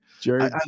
Jerry